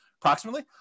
approximately